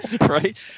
Right